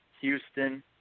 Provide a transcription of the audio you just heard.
Houston